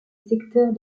secteur